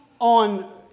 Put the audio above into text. on